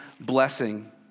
blessing